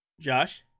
Josh